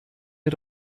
mir